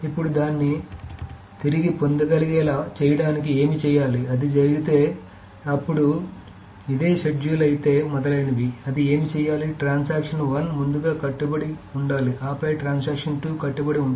ఇప్పుడు దాన్ని తిరిగి పొందగలిగేలా చేయడానికి ఏమి చేయాలి అదే జరిగితే అప్పుడు ఇదే షెడ్యూల్ అయితే మొదలైనవి అది ఏమి చేయాలి ట్రాన్సాక్షన్ 1 ముందుగా కట్టుబడి ఉండాలి ఆపై ట్రాన్సాక్షన్ 2 కట్టుబడి ఉంటుంది